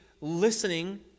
listening